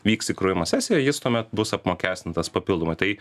vyks įkrovimo sesija jis tuomet bus apmokestintas papildomai tai